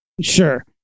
Sure